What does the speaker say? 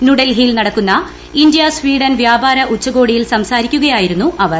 ന്യൂഡൽഹയിൽ നടക്കുന്ന India Sweden വ്യാപര ഉച്ചകോടിയിൽ സംസാരിക്കുകയായിരുന്നു അവർ